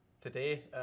today